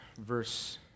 verse